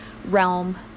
realm